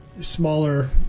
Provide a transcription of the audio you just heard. smaller